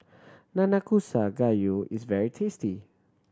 Nanakusa Gayu is very tasty